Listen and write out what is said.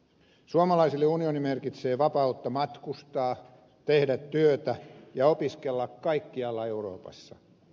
suomalaisille unioni merkitsee vapautta matkustaa tehdä työtä ja opiskella kaikkialla euroopassa